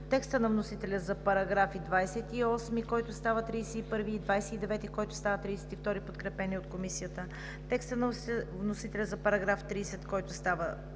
текста на вносителя за параграфи 28, който става § 31 и § 29, който става § 32, подкрепени от Комисията; текста на вносителя за § 30, който става